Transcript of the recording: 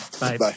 bye